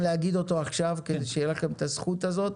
להגיד אותו עכשיו כדי שיהיה לכם את הזכות הזאת.